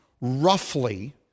roughly